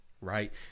right